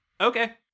okay